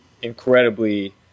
incredibly